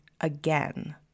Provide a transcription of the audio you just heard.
again